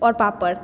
आओर पापड़